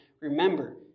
Remember